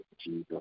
Jesus